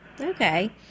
Okay